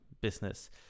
business